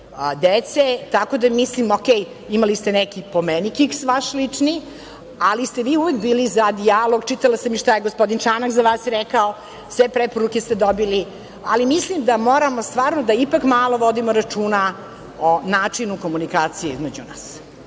dece, tako da mislim, u redu, imali ste neki, po mom mišljenju, kiks vaš lični, ali ste vi uvek bili za dijalog, čitala sam i šta je gospodin Čanak za vas rekao, sve preporuke ste dobili, ali mislim da moramo stvarno da ipak malo vodimo računa o načinu komunikacije između nas.